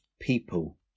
people